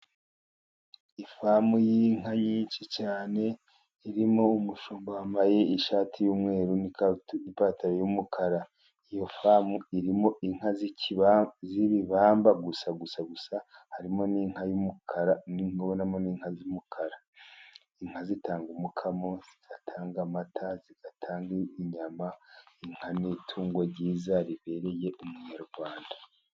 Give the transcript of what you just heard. Ifamu y'inka nyinshi cyane irimo umushumba wambaye ishati y'umweru n'ipataro y'umukara , iyo famu irimo inka zibibamba gusa gusa gusa harimo n'inka y'umukara, ndi kubonamo n'inka z'umukara , Inka zitanga umukamo, zitanga amata , zitanga inyama, inka n'itungo ryiza ribereye umunyarwanda.